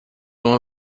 uma